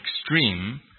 extreme